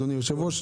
אדוני היושב-ראש,